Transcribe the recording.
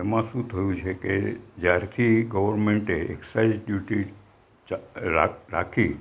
એમાં શું થયું છે કે જ્યારથી ગવર્મેન્ટે એક્સાઇઝ ડ્યૂટી રાખી